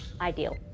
Ideal